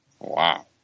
Wow